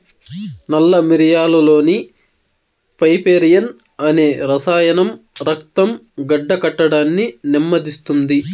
నల్ల మిరియాలులోని పైపెరిన్ అనే రసాయనం రక్తం గడ్డకట్టడాన్ని నెమ్మదిస్తుంది